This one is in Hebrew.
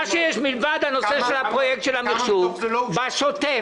הישיבה ננעלה בשעה